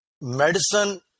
Medicine